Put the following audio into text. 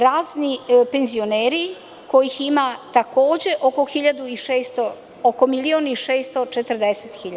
Razni penzioneri kojih ima takođe oko milion i 640.000.